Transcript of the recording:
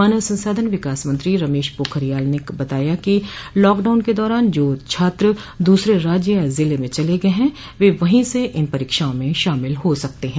मानव संसाधन विकास मंत्री रमेश पोखरियाल ने बताया है कि लॉकडाउन के दौरान जो छात्र दूसरे राज्य या जिले में चले गए हैं वे वहीं से इन परीक्षाओं में शामिल हो सकते हैं